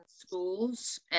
schools